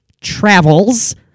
travels